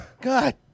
God